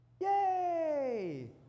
Yay